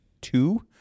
two